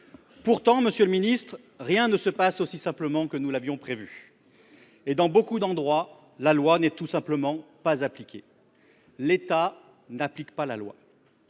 Pourtant, rien ne se passe aussi simplement que nous l’avions prévu et, dans beaucoup d’endroits, la loi n’est tout simplement pas appliquée. L’État n’applique pas la loi